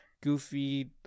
goofy